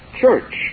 church